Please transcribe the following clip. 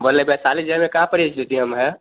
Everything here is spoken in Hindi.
बोल रहे हैं बैसाली ज़िले में कहाँ पड़ी इस्जुतियम है